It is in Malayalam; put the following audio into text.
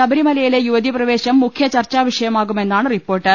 ശബരിമലയിലെ യുവതിപ്രവേശം മുഖ്യ ചർച്ചാ വിഷയമാകുമെന്നാണ് റിപ്പോർട്ട്